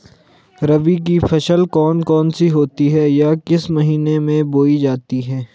रबी की फसल कौन कौन सी होती हैं या किस महीने में बोई जाती हैं?